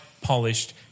polished